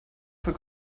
für